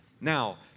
Now